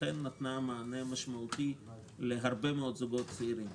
אכן נתנה מענה משמעותי להרבה מאוד זוגות צעירים,